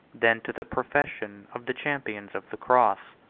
than to the profession, of the champions of the cross.